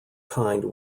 kind